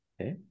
Okay